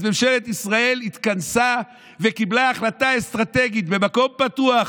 אז ממשלת ישראל התכנסה וקיבלה החלטה אסטרטגית: במקום פתוח,